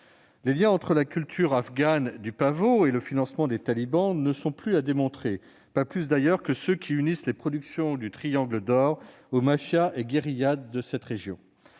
les liens entre la culture afghane du pavot et le financement des talibans ne sont plus à démontrer- non plus que ceux qui unissent les productions du Triangle d'or aux mafias et guérillas de cette région.